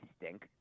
stink